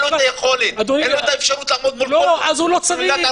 לו יכולת ואין לו את האפשרות --- הוא לא צריך,